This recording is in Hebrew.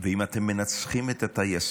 ואם אתם מנצחים את הטייסים,